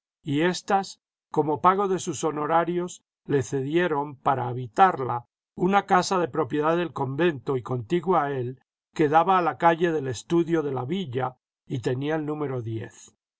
y éstas como pago de sus honorarios le cedieron para habitarla una casa de propiedad del convento y contigua a él que daba a la calle del estudio de la villa y tenía el número